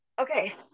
okay